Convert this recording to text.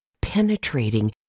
penetrating